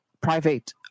private